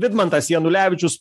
vidmantas janulevičius